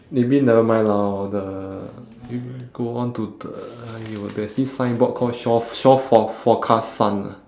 maybe never mind lah or the can you go on to the !aiyo! there is this signboard called shore f~ shore f~ forecast sun lah